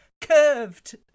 Curved